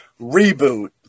reboot